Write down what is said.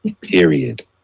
period